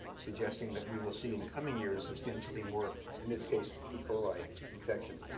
suggesting that we will see, in coming years, substantially more in this case, e coli infection.